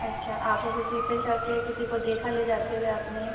अच्छा आपको किसी पर शक है किसी को देखा ले जाते हुए आपने